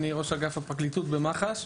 אני ראש אגף הפרקליטות במח"ש.